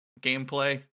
gameplay